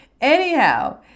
Anyhow